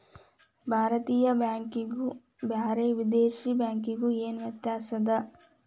ಭಾರತೇಯ ಬ್ಯಾಂಕಿಗು ಬ್ಯಾರೆ ವಿದೇಶಿ ಬ್ಯಾಂಕಿಗು ಏನ ವ್ಯತ್ಯಾಸದ?